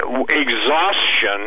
Exhaustion